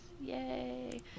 yay